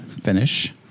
finish